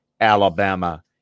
Alabama